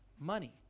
money